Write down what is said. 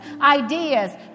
ideas